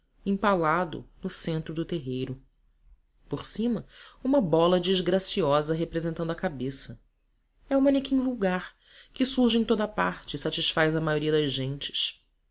empalado no centro do terreiro por cima uma bola desgraciosa representando a cabeça é o manequim vulgar que surge em toda a parte e satisfaz à maioria das gentes